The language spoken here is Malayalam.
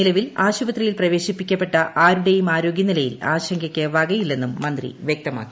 നിലവിൽ ആശുപത്രിയിൽ പ്രവേശിപ്പിക്കപ്പെട്ട ആരുടേയും ആരോഗ്യനിലയിൽ ആശങ്കയ്ക്ക് വകയില്ലെന്നും മന്ത്രി വ്യക്തമാക്കി